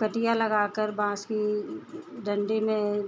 कटिया लगाकर बाँस की डन्डी में